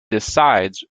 decides